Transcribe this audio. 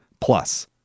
plus